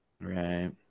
right